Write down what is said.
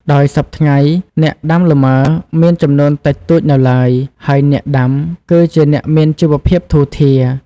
ដោយសព្វថ្ងៃ អ្នកដាំលម៉ើ មានចំនួនតិចតួចនៅឡើយ ហើយអ្នកដាំ គឺជាអ្នកមានជីវភាពធូរធារ។